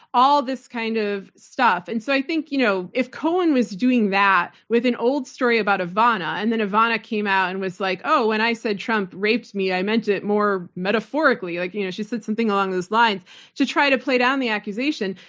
all this kind of stuff. and so i think you know if cohen was doing that with an old story about ivana and then ivana came out and was like, oh, when and i said trump raped me, i meant it more metaphorically, like you know she said something along those lines to try to play down the accusation.